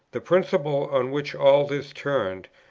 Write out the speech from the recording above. the principle, on which all this turned,